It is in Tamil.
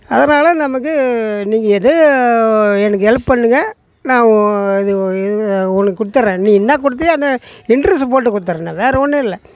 அதனால நமக்கு இன்னைக்கு ஏதோ எனக்கு ஹெல்ப் பண்ணுங்கள் நான் இது இது உனக்கு கொடுத்தர்றேன் நீ என்னா கொடுத்தியோ அதை இன்ட்ரஸ்ட் போட்டு கொடுத்தர்றன் வேறு ஒன்றும் இல்லை